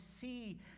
see